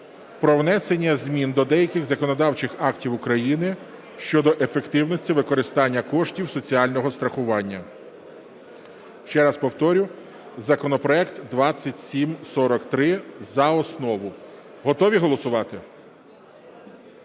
про внесення змін до деяких законодавчих актів України щодо ефективності використання коштів соціального страхування. Ще раз повторю, законопроект 2743 за основу. Готові голосувати?